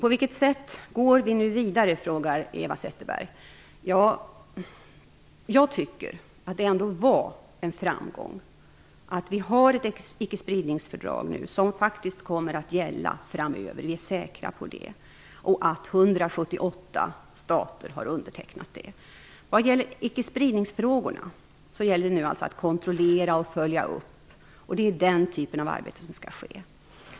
Eva Zetterberg frågar om vilket sätt vi nu går vidare på. Jag tycker att det är en framgång att vi nu har ett icke-spridningsfördrag som kommer att gälla framöver - vi är säkra på det - och att 178 stater har undertecknat det. Vad beträffar ickespridningsfrågorna gäller det nu att kontrollera och att följa upp. Det är den typen av arbete som skall ske.